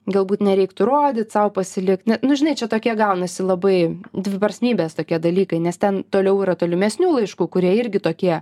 galbūt nereiktų rodyt sau pasilikt nu žinai čia tokie gaunasi labai dviprasmybės tokie dalykai nes ten toliau yra tolimesnių laiškų kurie irgi tokie